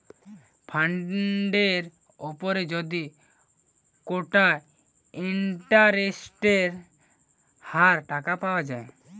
ফান্ডের উপর যদি কোটা ইন্টারেস্টের হার টাকা পাওয়া যায়